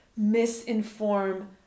misinform